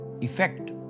effect